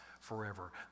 forever